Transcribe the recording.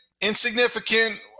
insignificant